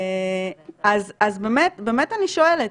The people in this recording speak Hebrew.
אז באמת אני שואלת,